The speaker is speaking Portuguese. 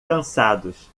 cansados